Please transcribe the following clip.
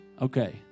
Okay